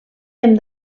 hem